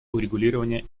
урегулирование